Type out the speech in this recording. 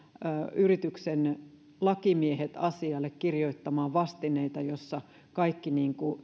yrityksen lakimiehet asialle kirjoittamaan vastineita joissa kaikki